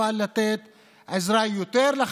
אבל לתת יותר עזרה לחלשים,